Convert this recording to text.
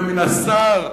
ומהשר,